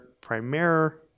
primary